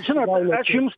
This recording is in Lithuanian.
žinot aš jums